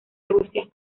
rusia